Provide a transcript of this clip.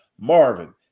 Marvin